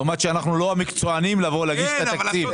למרות אנחנו לא מקצוענים לבוא ולהגיש את התקציב,